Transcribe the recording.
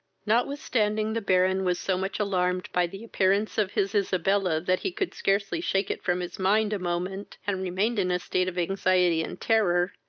notwithstanding the baron was so much alarmed by the appearance of his isabella, that he could scarcely shake it from his mind a moment, and remained in a state of anxiety and terror,